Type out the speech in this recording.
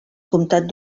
comtat